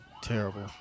Terrible